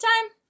time